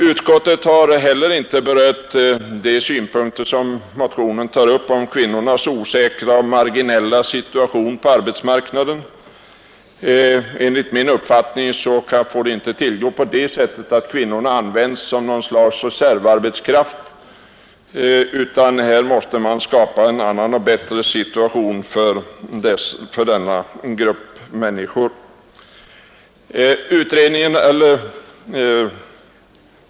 Utskottet har heller inte berört de synpunkter som motionen tar upp om kvinnornas osäkra och marginella situation på arbetsmarknaden. Enligt min mening får kvinnorna inte användas som något slags reservarbetskraft; en annan och bättre situation måste skapas för denna grupp människor.